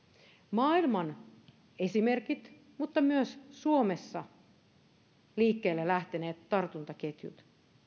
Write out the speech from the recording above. maailman esimerkit mutta myös suomessa liikkeelle lähteneet tartuntaketjut